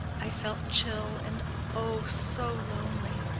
i felt chill and oh, so lonely!